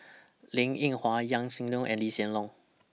Linn in Hua Yaw Shin Leong and Lee Hsien Loong